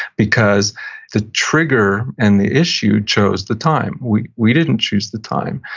because the trigger and the issue chose the time. we we didn't choose the time.